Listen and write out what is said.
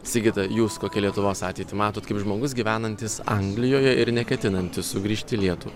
sigita jūs kokią lietuvos ateitį matot kaip žmogus gyvenantis anglijoje ir neketinantis sugrįžti į lietuv